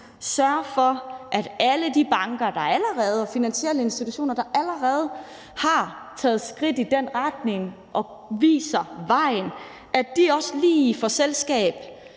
sørge for, at alle de banker og finansielle institutioner, der allerede har taget skridt i den retning og viser vejen, også lige får selskab